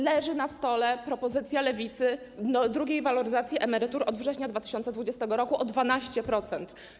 Leży na stole propozycja Lewicy drugiej waloryzacji emerytur od września 2022 r. o 12%.